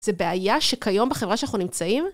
זה בעיה שכיום בחברה שאנחנו נמצאים?